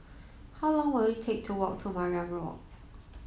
how long will it take to walk to Mariam Walk